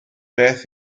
beth